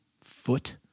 foot